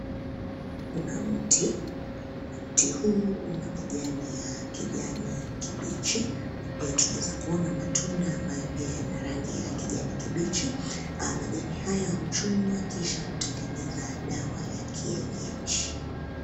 Kuna mti, na mti huu una majani ya kijani kibichi na pia tunaweza kuona matunda ambayo pia yana rangi ya kijani kibichi. Majani hayo ya huchunwa kisha kutengeneza dawa ya kienyeji.